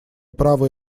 право